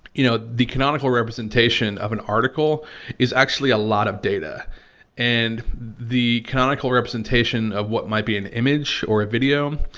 you know, the economical representation of an article is actually a lot of data and the economical representation of what might be an image or video.